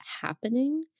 happening